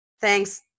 Thanks